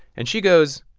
and she goes,